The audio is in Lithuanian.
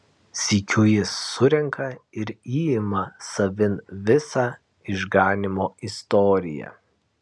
sykiu jis surenka ir įima savin visą išganymo istoriją